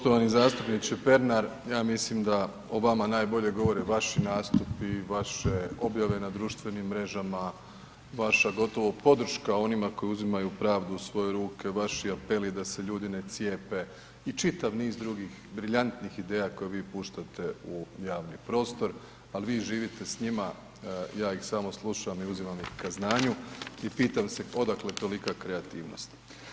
Poštovani zastupniče Pernar, ja mislim da o vama najbolje govore vaši nastupi, vaše objave na društvenim mrežama, vaša gotovo podrška onima koji uzimaju pravdu u svoje ruke, vaši apeli da se ljudi ne cijepe i čitav niz drugih brilijantnih ideja koje vi puštate u javni prostor, al vi živite s njima, ja ih samo slušam i uzimam ih ka znanju i pitam se odakle tolika kreativnost.